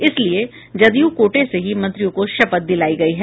इसलिए जदयू कोटे से ही मंत्रियों को शपथ दिलाई गयी है